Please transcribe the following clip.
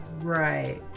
Right